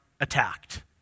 attacked